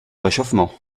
réchauffement